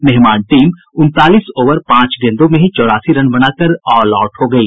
मेहमान टीम उनतालीस ओवर पांच गेंदों में ही चौरासी रन बनाकर ऑल आउट हो गयी